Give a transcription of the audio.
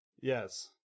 Yes